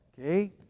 Okay